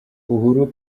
uhuru